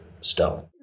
stone